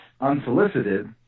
unsolicited